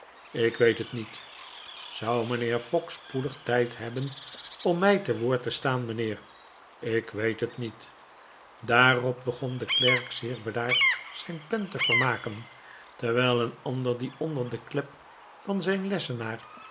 ik weet het met zou mijnheer fogg spoedig tijd hebben om mij te woord te staan mijnheer ik weet het niet daarop begon de klerk zeer bedaard zijn pen te vermaken terwijl een ander die onder de klep van zijn lessenaar